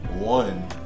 One